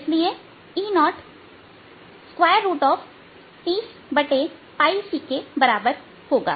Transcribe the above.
इसलिए E0 30𝝅c के बराबर होगा